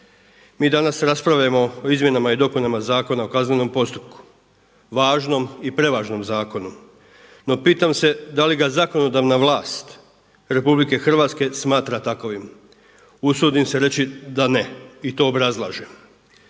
Mi danas raspravljamo o Izmjenama i dopunama Zakona o kaznenom postupku, važnom i prevažnom zakonu no pitam se da li ga zakonodavna vlast RH smatra takvim? Usudim se reći da ne i to obrazlažem.